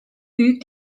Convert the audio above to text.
büyük